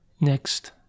Next